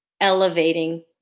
elevating